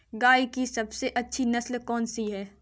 गाय की सबसे अच्छी नस्ल कौनसी है?